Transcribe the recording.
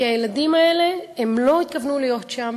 כי הילדים האלה לא התכוונו להיות שם,